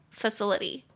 facility 。